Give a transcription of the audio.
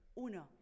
Uno